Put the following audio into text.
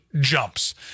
jumps